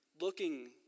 looking